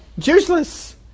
useless